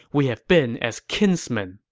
we have been as kinsmen,